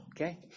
okay